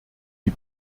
die